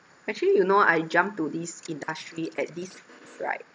actually you know I jumped to this industry at this right